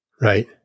Right